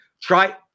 try